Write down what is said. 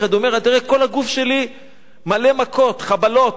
אומר: כל הגוף שלי מלא מכות, חבלות.